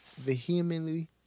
Vehemently